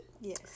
Yes